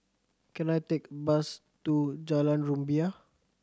can I take a bus to Jalan Rumbia